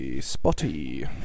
spotty